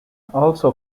also